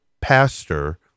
pastor